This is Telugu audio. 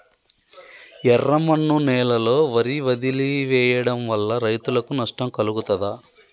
ఎర్రమన్ను నేలలో వరి వదిలివేయడం వల్ల రైతులకు నష్టం కలుగుతదా?